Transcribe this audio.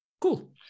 cool